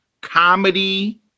comedy